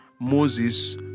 moses